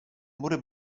mury